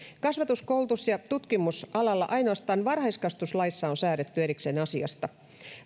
kasvatus koulutus ja tutkimusalalla ainoastaan varhaiskasvatuslaissa on säädetty erikseen asiasta